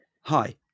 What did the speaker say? Hi